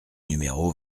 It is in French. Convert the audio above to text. numéro